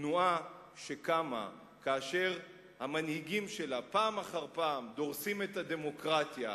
תנועה שקמה כאשר המנהיגים שלה פעם אחר פעם דורסים את הדמוקרטיה,